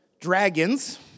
dragons